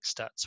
stats